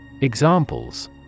Examples